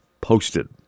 posted